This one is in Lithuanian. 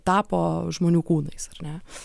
tapo žmonių kūnais ar ne